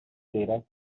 data